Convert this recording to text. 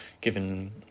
given